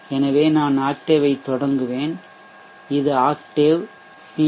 எனவே நான் ஆக்டேவைத் தொடங்குவேன் எனவே இது ஆக்டேவ் பி